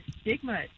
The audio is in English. stigma